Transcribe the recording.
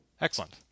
Excellent